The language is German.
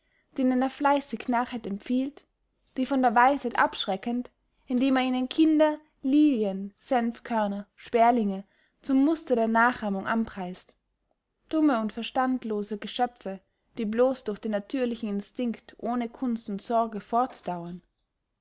denen er fleisig narrheit empfiehlt sie von der weisheit abschreckend indem er ihnen kinder lilien senfkörner sperlinge zum muster der nachahmung anpreist tumme und verstandlose geschöpfe die blos durch den natürlichen instinkt ohne kunst und sorge fortdauern